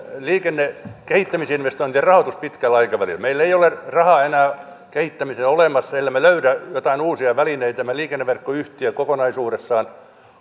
liikenteen kehittämisinvestointien rahoitus pitkällä aikavälillä meillä ei ole rahaa enää kehittämiseen olemassa ellemme löydä jotain uusia välineitä tämä liikenneverkkoyhtiö kokonaisuudessaan